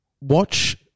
Watch